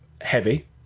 heavy